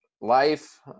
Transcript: Life